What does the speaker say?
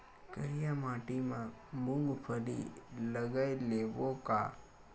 करिया माटी मा मूंग फल्ली लगय लेबों का?